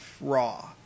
Raw